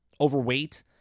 overweight